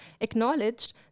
acknowledged